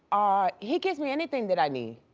ah he gives me anything that i need.